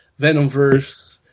Venomverse